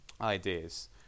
ideas